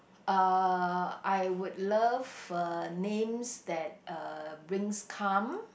uh I would love uh names that uh brings calm